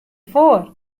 foar